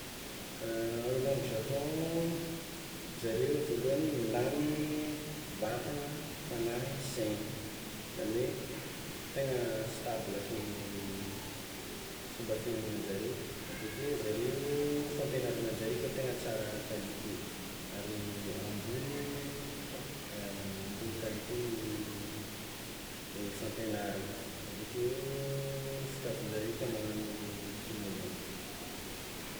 Olo any Japon zareo voalohany, milamigny vatagna, fanahy, saina, zany hoe tegna stable fi- fomba fiainagnanjareo, aveke zareo fampiagnarananjareo koa tegna tsara qualité, ary ambony ambony qualité ny fampianaragna avekeo, fitafinjareo tià magnagno kimono.